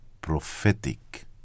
prophetic